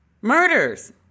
murders